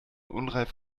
unreif